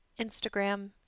Instagram